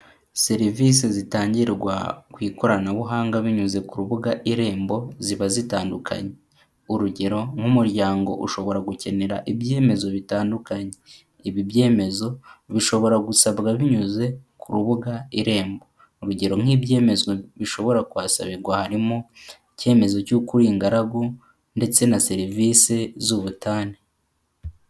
Serivise zitangirwa ku ikoranabuhanga binyuze ku rubuga Irembo ziba zitandukanye, urugero nk'umuryango ushobora gukenera ibyemezo bitandukanye, ibi byemezo bishobora gusabwa binyuze ku rubuga Irembo, urugero nk'ibyemezo bishobora kuhasabirwa harimo icyemezo cy'uko uri ingaragu ndetse na serivise z'ubutane.